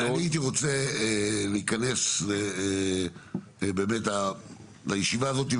הייתי רוצה בישיבה הזאת